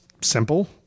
simple